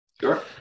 sure